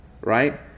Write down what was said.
right